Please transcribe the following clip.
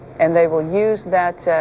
and they will use that,